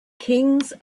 kings